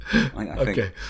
Okay